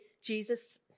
Jesus